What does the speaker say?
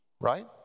Right